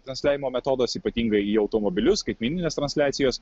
transliavimo metodas ypatingai į automobilius skaitmeninės transliacijos